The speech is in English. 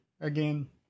again